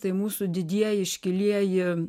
tai mūsų didieji iškilieji